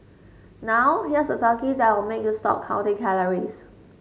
now here's a turkey that will make you stop counting calories